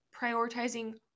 prioritizing